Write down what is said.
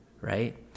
right